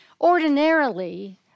Ordinarily